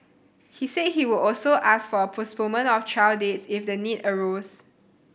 he said he would also ask for a postponement of trial dates if the need arose